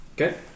Okay